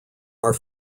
are